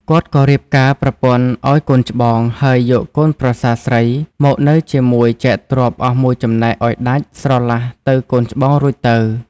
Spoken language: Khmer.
គាត់ក៏រៀបការប្រពន្ធឱ្យ កូនច្បង ហើយយកកូនប្រសាស្រីមកនៅជាមួយចែកទ្រព្យអស់មួយចំណែក ឱ្យដាច់ ស្រឡះទៅកូនច្បងរួចទៅ ។